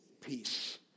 Peace